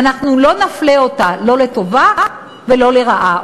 ואנחנו לא נפלה אותה לא לטובה ולא לרעה,